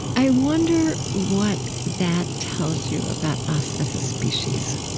i wonder what that tells you about us as a species